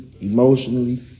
emotionally